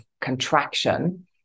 contraction